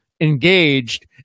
engaged